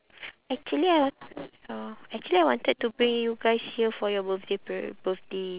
actually I wa~ uh actually I wanted to bring you guys here for your birthday pre~